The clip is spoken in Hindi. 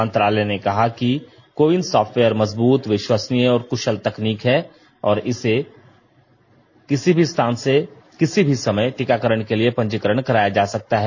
मंत्रालय ने कहा कि कोविन सॉफ्टवेयर मजबूत विश्वसनीय और कुशल तकनीक है और इससे किसी भी स्थान से किसी भी समय टीकाकरण के लिए पंजीकरण कराया जा सकता है